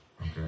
okay